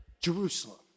Jerusalem